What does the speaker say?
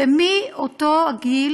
ובאותו הגיל